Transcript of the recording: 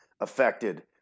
affected